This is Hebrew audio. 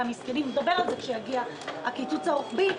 נדבר על זה כשיגיע הקיצוץ הרוחבי.